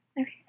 Okay